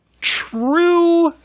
true